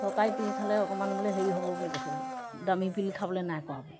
চৰকাৰী পিল খালে খালে অকণমান বোলে হেৰি হ'ব বুলি কৈছে বোলো দামী পিল খাবলৈ নাই কোৱা